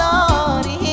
Lordy